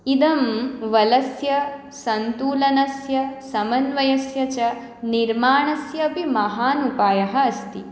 इदं बलस्य सन्तुलनस्य समन्वस्य च निर्माणस्य अपि महान् उपायः अस्ति